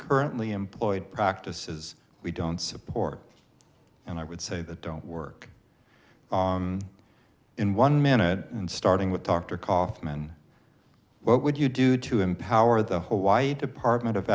currently employed practices we don't support and i would say that don't work in one minute and starting with dr kaufmann what would you do to empower the whole why a department of